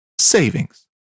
savings